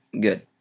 Good